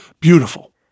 beautiful